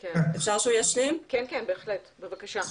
כן, איתי, בבקשה.